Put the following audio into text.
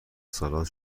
سالاد